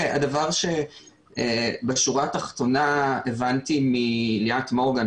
בשורה התחתונה הבנתי מליאת מורגן,